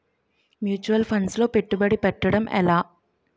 Mutual funds లో పెట్టుబడి పెట్టడం ఎలా?